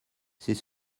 c’est